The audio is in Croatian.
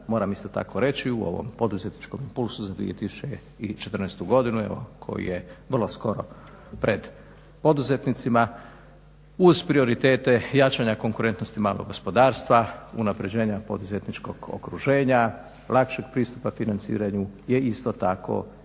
Moram isto tako reći u ovom poduzetničkom impulsu za 2014. godinu evo koji je vrlo skoro pred poduzetnicima uz prioritete jačanja konkurentnosti malog gospodarstva, unapređenja poduzetničkog okruženja, lakšeg pristupa financiranju je isto tako i značajno